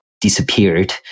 disappeared